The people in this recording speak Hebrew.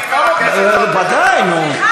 בוודאי, נו.